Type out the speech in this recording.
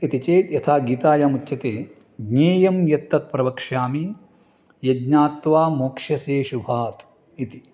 इति चेत् यथा गीतायाम् उच्यते ज्ञेयं यत्तत् प्रवक्ष्यामि यज्ञ्ज्ञात्वा मोक्ष्यसेऽशुभात् इति